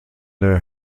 der